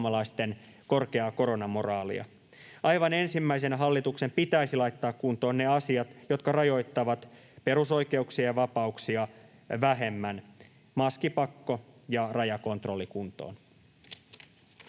korkeaa koronamoraalia. Aivan ensimmäisenä hallituksen pitäisi laittaa kuntoon ne asiat, jotka rajoittavat perusoikeuksien vapauksia vähemmän: maskipakko ja rajakontrolli kuntoon.